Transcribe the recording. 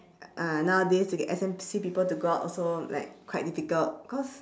uh nowadays you get S_M_C to go out also like quite difficult cause